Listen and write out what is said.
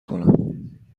کنم